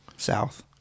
South